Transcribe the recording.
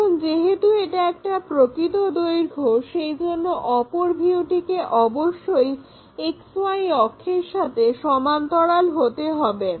এখন যেহেতু এটা একটা প্রকৃত দৈর্ঘ্য সেজন্য অপর ভিউটিকে অবশ্যই XY অক্ষের সাথে সমান্তরাল হতে হবে